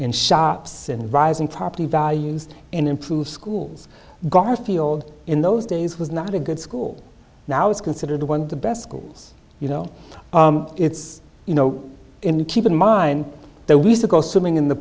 and shops and rising property values and improve schools garfield in those days was not a good school now it's considered one of the best schools you know it's you know you keep in mind that we still go swimming in the